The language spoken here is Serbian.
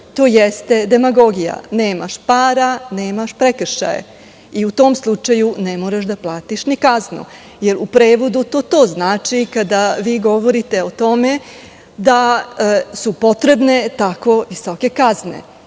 To jeste demagogija, nemaš para – nemaš prekršaja, i u tom slučaju ne moraš da platiš ni kaznu. U prevodu to to znači, kada vi govorite o tome da su potrebne tako visoke kazne. Nisam